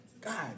God